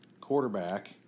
quarterback